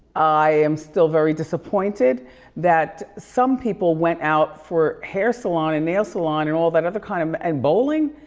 i am still very disappointed that some people went out for hair salon and nail salon and all that other kind um and bowling?